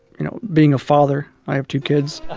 you know, being a father, i have two kids. ah